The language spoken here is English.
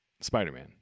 Spider-Man